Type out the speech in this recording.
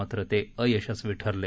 मात्र ते अयशस्वी ठरले